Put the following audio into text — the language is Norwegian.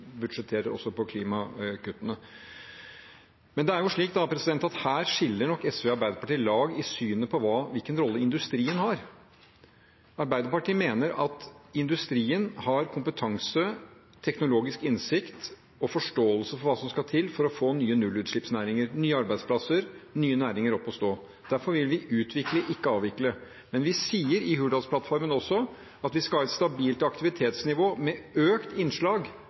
budsjetterer også på klimakuttene. Men det er jo slik at her skiller nok SV og Arbeiderpartiet lag i synet på hvilken rolle industrien har. Arbeiderpartiet mener at industrien har kompetanse, teknologisk innsikt og forståelse for hva som skal til for å få nye nullutslippsnæringer, nye arbeidsplasser, nye næringer opp å stå. Derfor vil vi utvikle, ikke avvikle, men vi sier også i Hurdalsplattformen at vi skal ha et stabilt aktivitetsnivå med økt innslag